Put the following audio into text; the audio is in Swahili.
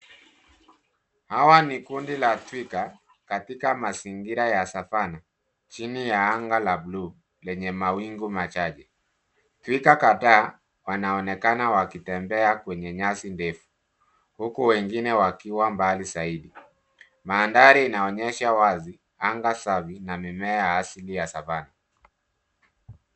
Hawa ni kundi la twiga katika mazingira ya Savana, chini ya anga la buluu, lenye mawingu machache. Twiga kadhaa wanaonekana wakitembea kwenye nyasi ndefu, huku wengine wakiwa mbali zaidi. Mandhari inaonyesha wazi anga safi na mimea ya asili ya Savana.